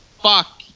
Fuck